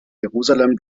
jerusalem